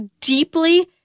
deeply